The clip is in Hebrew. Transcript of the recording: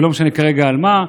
ולא משנה כרגע על מה.